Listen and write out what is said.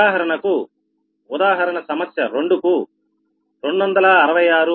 ఉదాహరణకు ఉదాహరణ సమస్య 2 కు కు 266